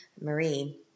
Marie